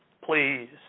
Please